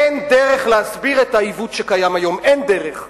אין דרך להסביר את העיוות שקיים היום, אין דרך.